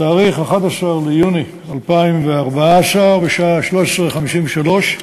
בתאריך 11 ביוני 2014, בשעה 13:53,